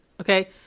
Okay